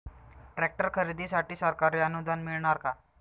Tractor खरेदीसाठी सरकारी अनुदान मिळणार का?